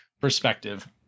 perspective